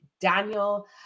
daniel